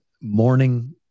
morning